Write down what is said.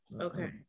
Okay